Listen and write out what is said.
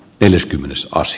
neljäskymmenes as